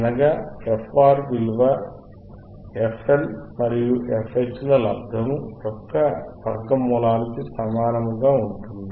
అనగా fR విలువ fL మరియు fH ల లబ్దము యొక్క వర్గాములానికి సమానముగా ఉంటుంది